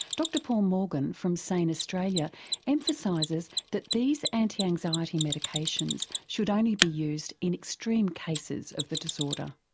dr paul morgan from sane australia emphasises that these anti-anxiety medications should only be used in extreme cases of the disorder.